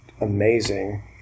amazing